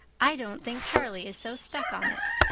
i don't think charlie is so stuck on it.